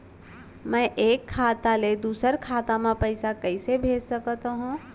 मैं एक खाता ले दूसर खाता मा पइसा कइसे भेज सकत हओं?